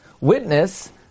witness